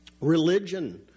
Religion